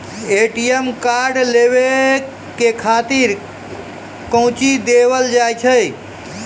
ATM card लेवे के खातिर कौंची देवल जाए?